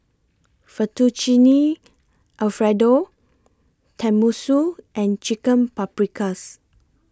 Fettuccine Alfredo Tenmusu and Chicken Paprikas